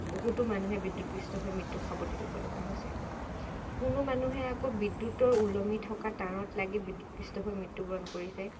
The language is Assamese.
বহুতো মানুহে বিদ্যুৎপৃষ্ট হৈ মৃত্যুক সাৱটি লগা হৈছে কোনো মানুহে আকৌ বিদ্যুতৰ ওলমি থকা তাঁৰত লাগি বিদ্যুৎপৃষ্ট হৈ মৃত্যুবৰণ কৰিছে